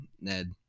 Ned